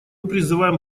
призываем